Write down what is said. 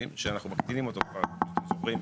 שאנחנו מקטינים אותו כבר מ-80%,